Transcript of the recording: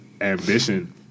ambition